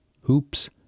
Hoops